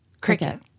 cricket